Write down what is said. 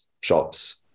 shops